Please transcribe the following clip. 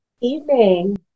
Evening